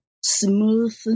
smooth